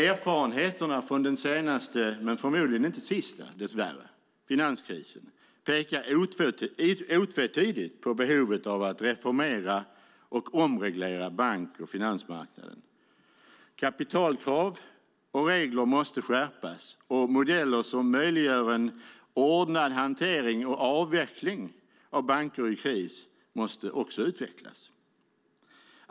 Erfarenheterna från den senaste - men dess värre förmodligen inte den sista - finanskrisen pekar otvetydigt på behovet av att reformera och omreglera bank och finansmarknaden. Kapitalkrav och regler måste skärpas. Modeller som möjliggör en ordnad hantering och avveckling av banker i kris måste också utvecklas.